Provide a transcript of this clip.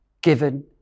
given